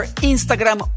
Instagram